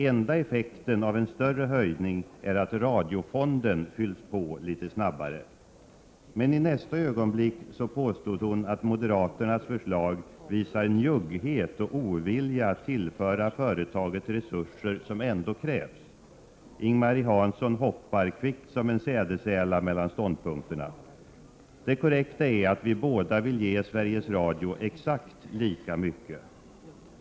Enda effekten av en större höjning är att radiofonden fylls på litet snabbare. I nästa ögonblick påstod Ing-Marie Hansson att moderaternas förslag visar en njugghet och ovilja att tillföra företaget resurser som ändå krävs. Hon hoppar kvickt som en sädesärla mellan ståndpunkterna. Det korrekta är att vi båda vill ge Sveriges Radio exakt lika mycket.